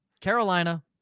Carolina